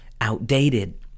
outdated